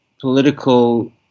political